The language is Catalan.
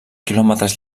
quilòmetres